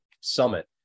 summit